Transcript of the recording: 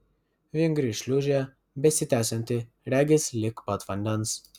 vingri šliūžė besitęsianti regis lig pat vandens